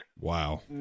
wow